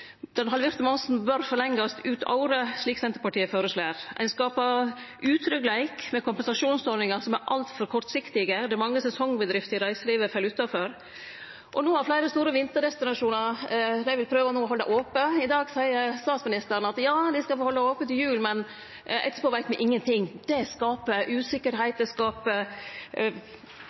Den halverte momsen bør forlengjast ut året, slik Senterpartiet føreslår. Ein skapar utryggleik med kompensasjonsordningar som er altfor kortsiktige. Det er mange sesongbedrifter i reiselivet som fell utanfor. No vil fleire store vinterdestinasjonar prøve å halde ope. I dag seier statsministeren at dei skal få halde ope til jul, men etterpå veit me ingenting. Det skapar